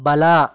ಬಲ